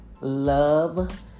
love